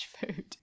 food